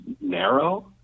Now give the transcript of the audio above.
narrow